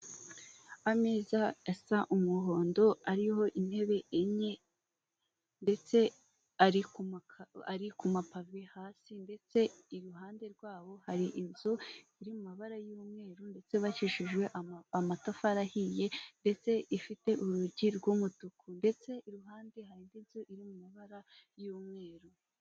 Ameza asa umuhondo, ariho intebe enye, ndetse ari ku mapave hasi, ndetse iruhande rwabo hari inzu iri mu mabara y'umweru, ndetse yubakishijwe amatafari ahiye, ndetse ifite urugi rw'umutuku. Ndetse iruhande hari indi nzu iri mu mabara y'umweru.